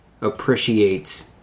appreciate